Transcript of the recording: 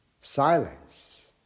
silence